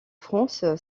france